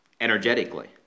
energetically